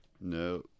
No